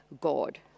God